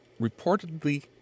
reportedly